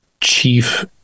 Chief